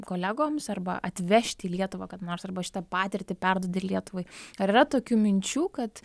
kolegoms arba atvežti į lietuvą kada nors arba šitą patirtį perduoti lietuvai ar yra tokių minčių kad